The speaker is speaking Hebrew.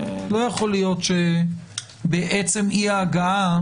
לא יכול להיות שבעצם אי-ההגעה,